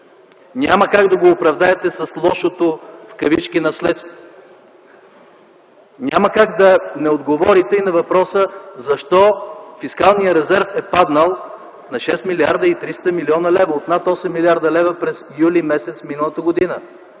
Няма как да го оправдаете с лошото в кавички наследство. Няма как да не отговорите и на въпроса, защо фискалният резерв е паднал на 6 млрд. 300 млн. лв. от над 8 млрд. лв. през юли месец миналата година.